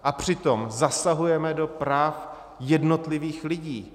A přitom zasahujeme do práv jednotlivých lidí.